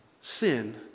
sin